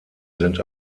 sind